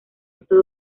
estos